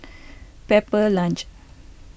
Pepper Lunch